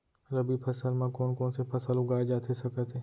रबि फसल म कोन कोन से फसल उगाए जाथे सकत हे?